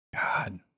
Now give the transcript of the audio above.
God